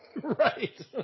Right